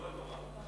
ולא בתורה.